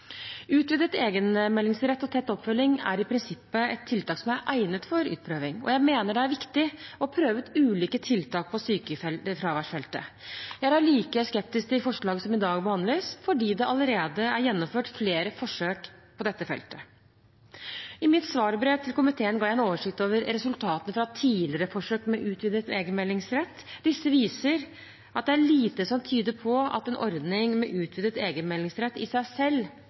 Utvidet egenmeldingsrett og tett oppfølging er i prinsippet et tiltak som er egnet for utprøving. Og jeg mener det er viktig å prøve ut ulike tiltak på sykefraværsfeltet. Jeg er allikevel skeptisk til forslaget som i dag behandles, fordi det allerede er gjennomført flere forsøk på dette feltet. I mitt svarbrev til komiteen ga jeg en oversikt over resultatene fra tidligere forsøk med utvidet egenmeldingsrett. Disse viser at det er lite som tyder på at en ordning med utvidet egenmeldingsrett i seg selv